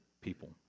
people